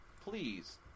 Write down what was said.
please